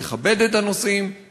יכבד את הנוסעים,